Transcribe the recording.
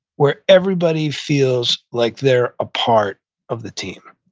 where everybody feels like they're a part of the team